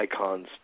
icons